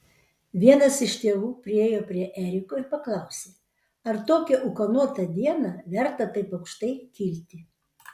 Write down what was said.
vienas iš tėvų priėjo prie eriko ir paklausė ar tokią ūkanotą dieną verta taip aukštai kilti